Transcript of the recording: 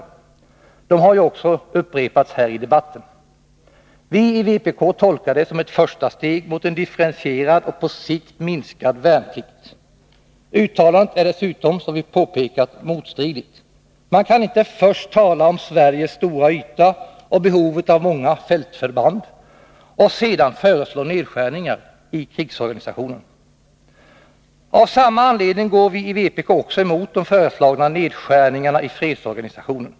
Dessa uttalanden har också upprepats här i dag. Vi i vpk tolkar det som ett första steg mot en differentierad och på sikt minskad värnplikt. Uttalandet är dessutom, som vi påpekat, motstridigt. Man kan inte först tala om Sveriges stora yta och behovet av många fältförband och sedan föreslå nedskärningar i krigsorganisationen. Av samma anledning går vi i vpk också emot de föreslagna nedskärningarna i fredsorganisationen.